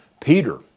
Peter